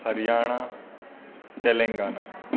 Haryana Telangana